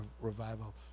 revival